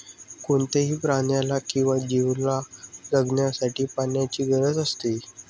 कोणत्याही प्राण्याला किंवा जीवला जगण्यासाठी पाण्याची गरज असते